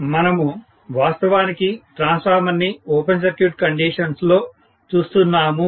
మనము వాస్తవానికి ట్రాన్స్ఫార్మర్ ని ఓపెన్ సర్క్యూట్ కండిషన్స్ లో చూస్తున్నాము